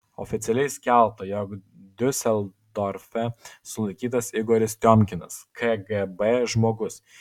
oficialiai skelbta jog diuseldorfe sulaikytas igoris tiomkinas kgb žmogus